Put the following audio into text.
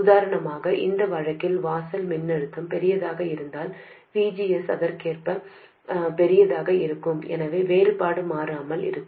உதாரணமாக இந்த வழக்கில் வாசல் மின்னழுத்தம் பெரியதாக இருந்தால் VGS அதற்கேற்ப பெரியதாக இருக்கும் எனவே வேறுபாடு மாறாமல் இருக்கும்